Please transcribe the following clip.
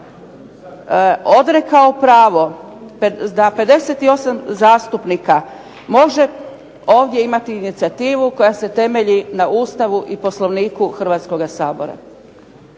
odrekao pravo da 58 zastupnika može ovdje imati inicijativu koja se temelji na Ustavu i Poslovniku Hrvatskoga sabora,